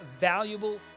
valuable